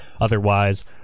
otherwise